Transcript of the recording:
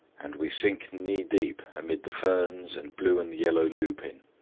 and we sink knee-deep amid the ferns and blue and yellow lupine.